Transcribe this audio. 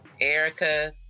Erica